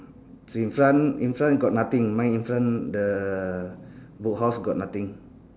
so in front in front got nothing mine in front the book house got nothing